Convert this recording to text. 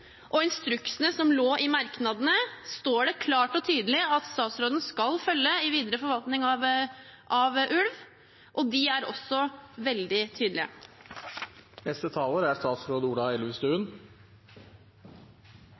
og instruksene som lå i merknadene, står det klart og tydelig at statsråden skal følge i den videre forvaltningen av ulv. De er også veldig tydelige. For meg er